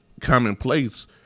commonplace